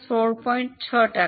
6 ટકા છે